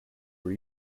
were